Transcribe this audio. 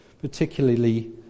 particularly